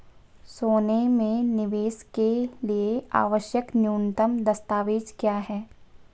सोने में निवेश के लिए आवश्यक न्यूनतम दस्तावेज़ क्या हैं?